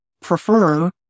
prefer